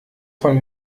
von